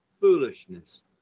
foolishness